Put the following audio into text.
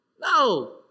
No